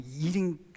eating